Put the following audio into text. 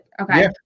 Okay